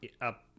Up